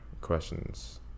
questions